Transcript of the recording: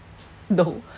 no